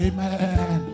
Amen